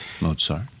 Mozart